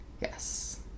yes